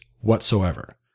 whatsoever